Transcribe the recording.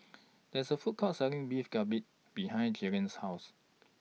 There IS A Food Court Selling Beef Galbi behind Jayleen's House